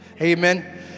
amen